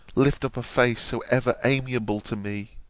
lift up a face so ever amiable to me